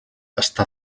està